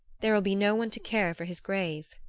there will be no one to care for his grave.